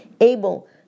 able